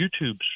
YouTube's